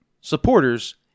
supporters